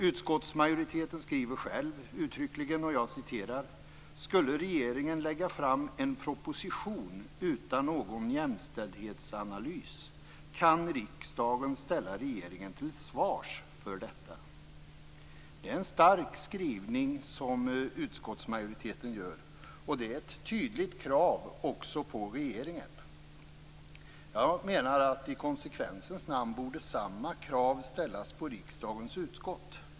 Utskottsmajoriteten säger uttryckligen: "Skulle regeringen lägga fram en proposition utan någon jämställdhetsanalys kan riksdagen ställa regeringen till svars för detta." Det är en stark skrivning. Det finns alltså ett tydligt krav också på regeringen. I konsekvensens namn borde, enligt min mening, samma krav ställas på riksdagens utskott.